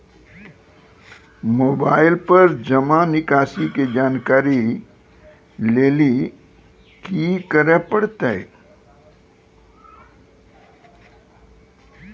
Mobile पर जमा निकासी के जानकरी लेली की करे परतै?